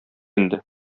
инде